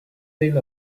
deal